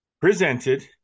presented